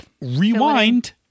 rewind